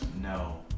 No